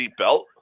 seatbelt